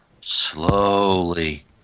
slowly